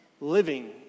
living